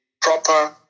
proper